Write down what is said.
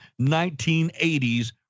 1980s